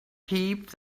heaps